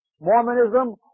Mormonism